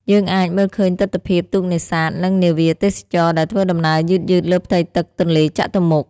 យើងអាចមើលឃើញទិដ្ឋភាពទូកនេសាទ និងនាវាទេសចរណ៍ដែលធ្វើដំណើរយឺតៗលើផ្ទៃទឹកទន្លេចតុមុខ។